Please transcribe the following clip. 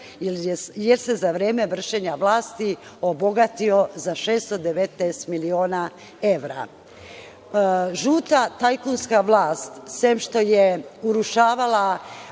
jer se za vreme vršenja vlasti obogatio za 619 miliona evra. Žuta tajkunska vlast, sem što je urušavala